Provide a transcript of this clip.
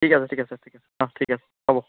ঠিক আছে ঠিক আছে ঠিক আছে অঁ ঠিক আছে হ'ব